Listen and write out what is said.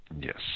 Yes